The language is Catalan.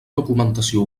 documentació